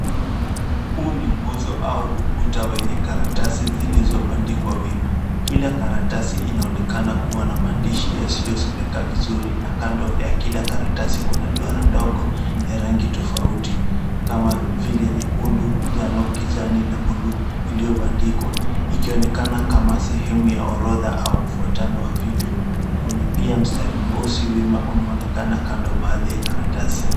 Hii ni nguzo au ukuta wenye karatasi zilizobandikwa wima, kila karatasi inaonekana kuwa na maandishi ya siyo someka vizuri, na kando ya kila karatasi kuna duara ndogo ya rangi tofauti kama vile nyekundu, njano, kijani na ya bluu iliyobandikwa, ikionekana kama sehemu ya orodha au mfuatano wa vitu, kuna pia mstari mweusi wima unaoonekana kando ya baadhi ya karatasi.